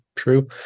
True